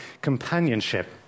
companionship